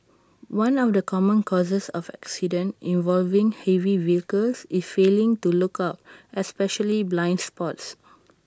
one of the common causes of accidents involving heavy vehicles is failing to look out especially blind spots